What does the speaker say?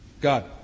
God